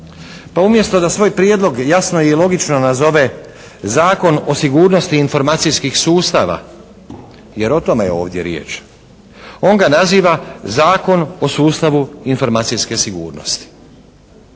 Pa umjesto da svoj prijedlog jasno i logično nazove Zakon o sigurnosti informacijskih sustava jer o tome je ovdje riječ on ga naziva Zakon o sustavu informacijske sigurnosti.